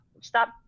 stop